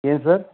ಏನು ಸರ್